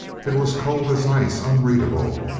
it was cold as ice, unreadable.